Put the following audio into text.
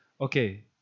Okay